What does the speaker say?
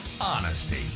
honesty